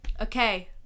okay